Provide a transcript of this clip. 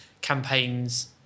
campaigns